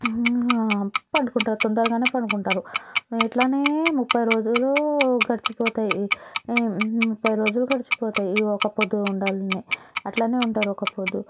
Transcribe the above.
పండుకుంటారు తొందరగా పండుకుంటారు ఇట్ల ముప్పై రోజులు గడిచిపోతాయి ముప్పై రోజులు గడిచిపోతాయి ఈ ఒక్క పొద్దు ఉండాన్ని అట్ల ఉంటారు ఒక్కపొద్దు